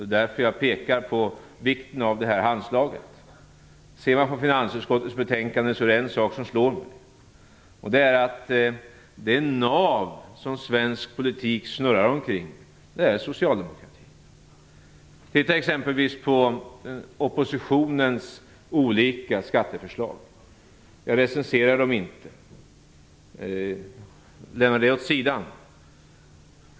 Det är därför jag pekar på vikten av detta handslag. Det är att det nav som svensk politik snurrar omkring är socialdemokratin. Titta exempelvis på oppositionens olika skatteförslag. Jag recenserar dem inte. Jag lämnar det åt sidan.